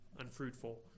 unfruitful